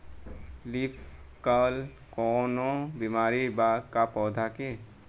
Leaf curl कौनो बीमारी बा का पौधा के?